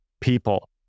people